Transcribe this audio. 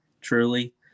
truly